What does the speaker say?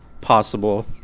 possible